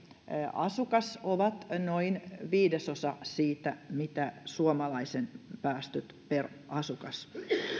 asukas ovat noin viidesosa siitä mitä suomalaisten päästöt per asukas